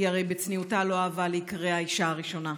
הרי היא, בצניעותה, לא אהבה להיקרא האישה הראשונה,